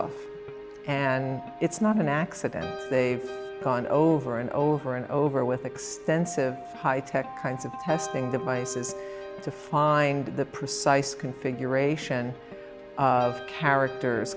off and it's not an accident they've gone over and over and over with extensive high tech kinds of testing the prices to find the precise configuration of characters